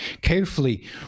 carefully